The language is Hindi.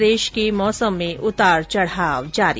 प्रदेश के मौसम में उतार चढाव जारी